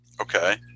Okay